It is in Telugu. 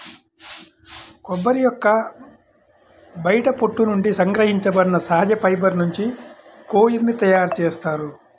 కొబ్బరి యొక్క బయటి పొట్టు నుండి సంగ్రహించబడిన సహజ ఫైబర్ నుంచి కోయిర్ ని తయారు చేస్తారు